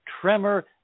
tremor